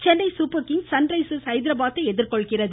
Chennai Super Kings Sunrisers Hyderabad ஐ எதிர்கொள்கிறது